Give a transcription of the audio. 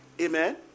Amen